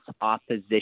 opposition